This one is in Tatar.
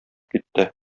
китте